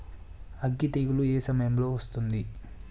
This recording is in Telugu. అగ్గి తెగులు ఏ సమయం లో వస్తుంది?